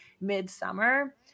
Midsummer